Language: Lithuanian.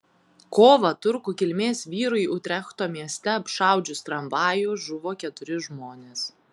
kovą turkų kilmės vyrui utrechto mieste apšaudžius tramvajų žuvo keturi žmonės